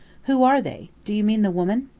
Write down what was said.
who are they? do you mean the woman?